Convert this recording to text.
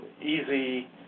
easy